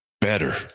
better